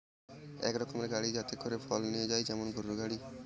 এক রকমের গাড়ি যাতে করে ফল নিয়ে যায় যেমন গরুর গাড়ি